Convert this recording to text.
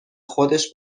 خودش